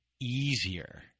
easier